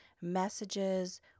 messages